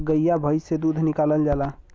गइया भईस से दूध निकालल जाला